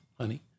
honey